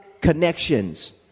connections